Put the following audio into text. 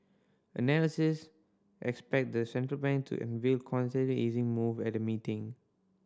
analysts expect the central bank to unveil easing move at the meeting